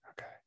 Okay